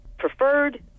Preferred